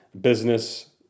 business